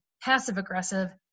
passive-aggressive